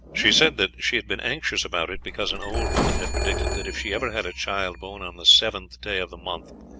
she said that she had been anxious about it, because an old woman had predicted that if she ever had a child born on the seventh day of the month,